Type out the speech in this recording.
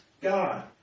God